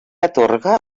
atorga